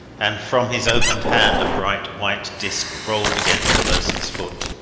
and from his opened hand a bright white disc rolled against the boatswains foot.